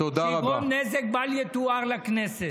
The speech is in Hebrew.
שיגרום נזק בל יתואר לכנסת.